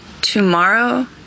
Tomorrow